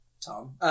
Tom